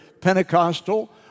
Pentecostal